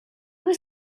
was